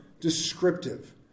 descriptive